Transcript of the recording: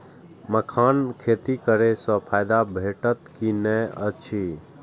मखानक खेती करे स फायदा भेटत की नै अछि?